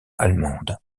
allemande